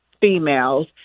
females